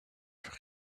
homme